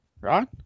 right